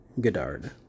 Godard